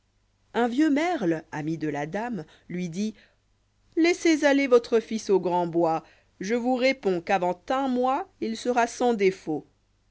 un vieux merl ei ami de la lui dit laissez aller votre fils au grand boio je vous réponds qu'avant un mois il sera saris défauts